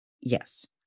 yes